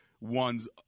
one's